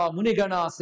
Munigana